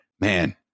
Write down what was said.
man